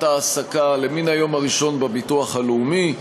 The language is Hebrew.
ההעסקה למן היום הראשון בביטוח הלאומי.